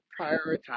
prioritize